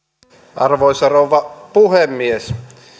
arvoisa rouva puhemies